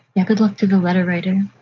yeah. good luck to the letter writing.